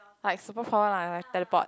like super power lah like teleport